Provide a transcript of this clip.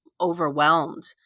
overwhelmed